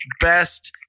best